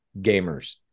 gamers